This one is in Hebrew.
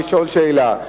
לשאול שאלה.